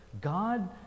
God